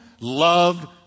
loved